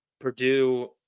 Purdue